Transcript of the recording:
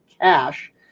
cash